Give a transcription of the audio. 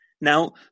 Now